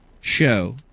show